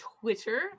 Twitter